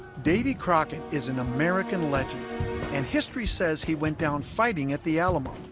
davy crockett is an american legend and history says he went down fighting at the alamo